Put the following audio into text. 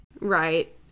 Right